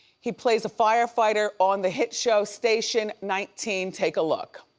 he plays a firefighter on the hit show station nineteen, take a look.